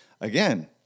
again